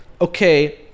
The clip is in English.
okay